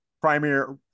primary